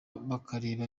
bakareba